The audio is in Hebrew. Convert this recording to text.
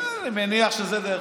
שעת החנופה היומית.